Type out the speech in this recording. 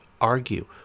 argue